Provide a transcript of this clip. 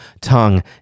tongue